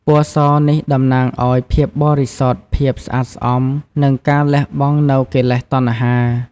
ពណ៌សនេះតំណាងឱ្យភាពបរិសុទ្ធ ភាពស្អាតស្អំ និងការលះបង់នូវកិលេសតណ្ហា។